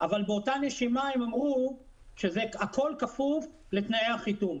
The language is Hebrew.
אבל באותה נשימה הם אמרו שהכול כפוף לתנאי החיתום.